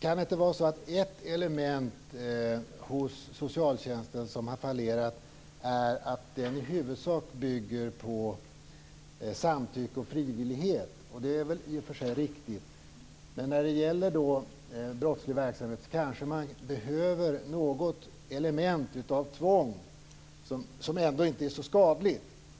Kan det inte vara så att ett element hos socialtjänsten som har fallerat är att det i huvudsak bygger på samtycke och frivillighet? Det är väl i och för sig riktigt, men när det gäller brottslig verksamhet kanske man behöver något element av tvång, som ändå inte är så skadligt.